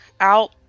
out